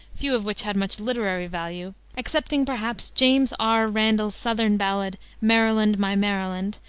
few of which had much literary value excepting, perhaps, james r. randall's southern ballad, maryland, my maryland,